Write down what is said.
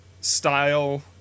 style